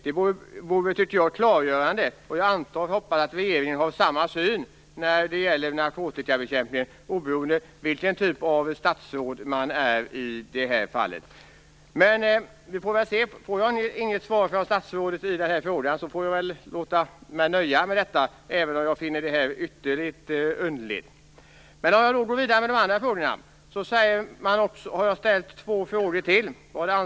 Det vore bra med ett klargörande, och jag hoppas att regeringen har samma syn på narkotikabekämpningen - oberoende av vilket statsråd det är fråga om i det här fallet. Får jag inget svar här får jag väl låta mig nöja med detta. Jag finner det dock mycket underligt.